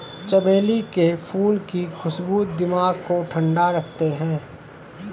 चमेली के फूल की खुशबू दिमाग को ठंडा रखते हैं